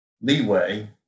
leeway